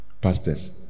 Pastors